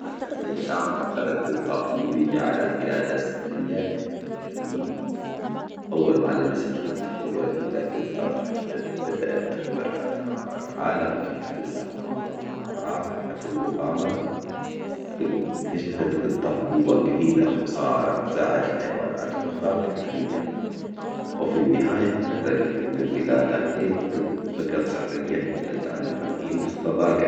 في أحد الأيام عثرت جطة فضولية على جلادة سحرية في حديجة جديمة، أول ما لمستها تحولت إلى جطة تتحدث بدأت تخبرها أسرار العالم و تفتح لها أبواب المغامرات، مع كل مغامرة اكتشفت جطة جوة جديدة وصارت تساعد الحيوانات الأخرى في الحديجة، وفي النهاية أدركت أن الجلادة ليست فقط سحرية بل تعلمها جيمة الصداجة.